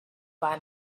buy